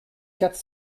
quatre